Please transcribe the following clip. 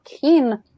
keen